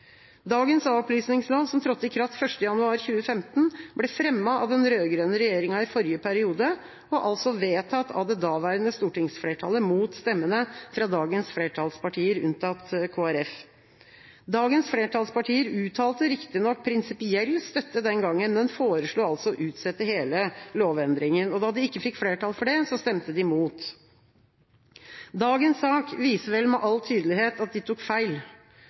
Dagens a-opplysningslov, som trådte i kraft 1. januar 2015, ble fremmet av den rød-grønne regjeringa i forrige periode og altså vedtatt av det daværende stortingsflertallet mot stemmene fra dagens flertallspartier, unntatt Kristelig Folkeparti. Dagens flertallspartier uttalte riktig nok prinsipiell støtte den gangen, men foreslo altså å utsette hele lovendringen, og da de ikke fikk flertall for det, stemte de imot. Dagens sak viser vel med all tydelighet at de tok feil.